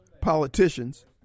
politicians